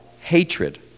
hatred